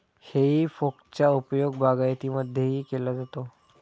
हेई फोकचा उपयोग बागायतीमध्येही केला जातो